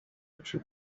true